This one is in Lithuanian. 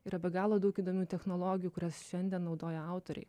yra be galo daug įdomių technologijų kurias šiandien naudoja autoriai